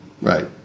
right